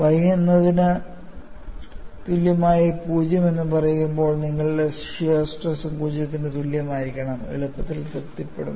y എന്നതിന് തുല്യമായി 0 എന്ന് പറയുമ്പോൾ നിങ്ങളുടെ ഷിയർ സ്ട്രെസ് 0 ന് തുല്യമായിരിക്കണം എളുപ്പത്തിൽ തൃപ്തിപ്പെടും